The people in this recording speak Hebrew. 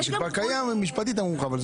זה כבר קיים, משפטית אמרו לך.